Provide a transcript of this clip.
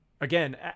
again